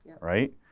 right